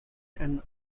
and